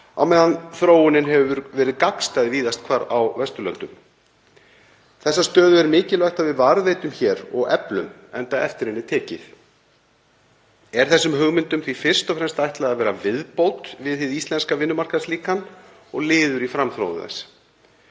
á meðan þróunin hefur verið gagnstæð víðast hvar á Vesturlöndum. Þessa stöðu er mikilvægt að við varðveitum hér og eflum enda eftir henni tekið. Er þessum hugmyndum því fyrst og fremst ætlað að vera viðbót við hið íslenska vinnumarkaðslíkan og liður í framþróun þess.